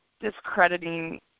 discrediting